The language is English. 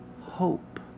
Hope